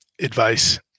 advice